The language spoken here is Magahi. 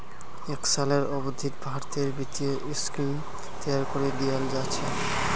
एक सालेर अवधित भारतेर वित्तीय स्कीमक तैयार करे दियाल जा छे